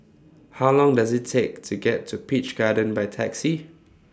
How Long Does IT Take to get to Peach Garden By Taxi